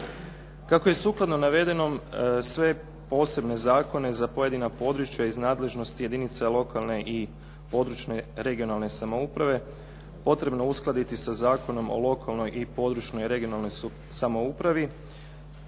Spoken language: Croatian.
Kako je sukladno navedenom, sve posebne zakone za pojedina područja iz nadležnosti jedinica lokalne i područne (regionalne) samouprave potrebno uskladiti sa Zakonom o lokalnoj i područnoj (regionalnoj) samoupravi